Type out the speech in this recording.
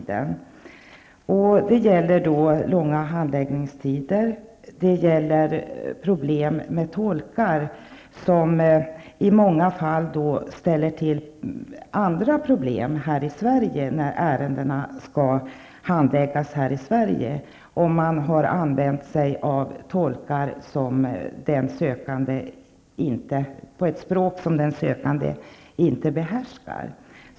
Det gäller långa handläggningstider och problem med tolkar som i många fall ställer till med andra problem här i Sverige när ärendena kommer hit för handläggning. Speciellt gäller detta när tolkar har använts i språk som den sökande inte behärskar.